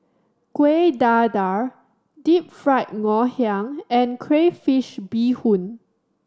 Kueh Dadar Deep Fried Ngoh Hiang and crayfish beehoon